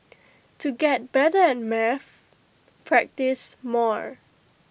to get better at maths practise more